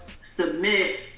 submit